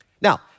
Now